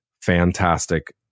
fantastic